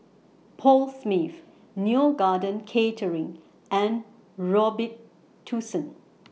Paul Smith Neo Garden Catering and Robitussin